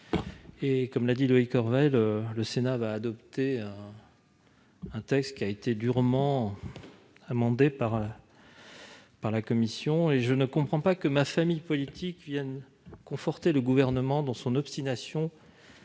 Comme l'a souligné Loïc Hervé, le Sénat s'apprête à adopter un texte qui a été durement amendé en commission. Je ne comprends pas que ma famille politique vienne conforter le Gouvernement dans son obstination